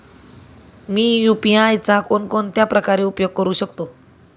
मी UPI चा कोणकोणत्या प्रकारे उपयोग करू शकतो?